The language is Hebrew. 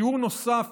שיעור נוסף